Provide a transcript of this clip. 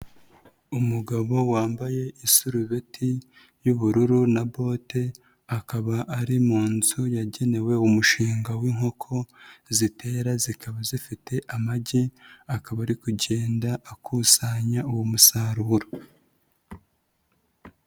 Umugabo wambaye iserubeti y'ubururu na bote, akaba ari mu nzu yagenewe umushinga w'inkoko zitera zikaba zifite amagi, akaba ari kugenda akusanya uwo musaruro.